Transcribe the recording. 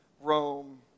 Rome